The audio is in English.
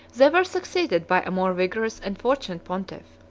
they were succeeded by a more vigorous and fortunate pontiff.